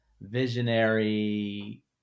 visionary